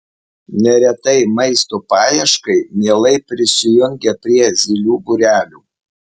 neretai maisto paieškai mielai prisijungia prie zylių būrelių